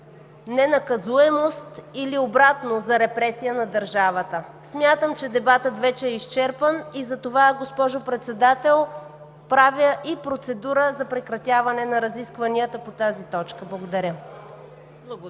ненаказуемост или обратно – за репресия на държавата. Смятам, че дебатът вече е изчерпан и затова, госпожо Председател, правя и процедура за прекратяване на разискванията по тази точка. Благодаря.